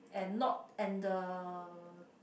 and not and the